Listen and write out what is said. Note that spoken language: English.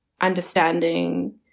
understanding